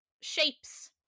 shapes